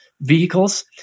vehicles